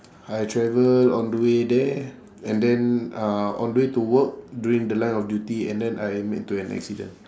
I travel on the way there and then uh on the way to work during the line of duty and then I met to an accident